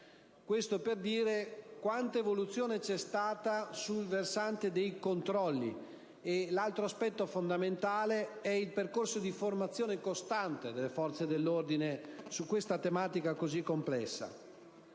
serve per dire quanta evoluzione c'è stata sul versante dei controlli. L'altro aspetto fondamentale è il percorso di formazione costante delle forze dell'ordine su questa tematica così complessa.